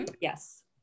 Yes